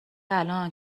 الان